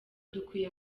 dukwiye